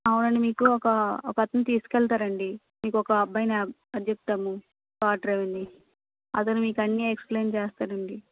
అవునండి మీకు ఒక ఒకతను తీసుకెళ్తారండి మీకు ఒక అబ్బాయిని అప్పచెప్తాము కార్ డ్రైవర్ని అతను మీకు అన్నీ ఎక్స్ప్లెయిన్ చెేస్తాడండి